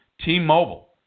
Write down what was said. T-Mobile